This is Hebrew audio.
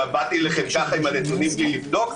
שבאתי עם הנתונים בלי לבדוק?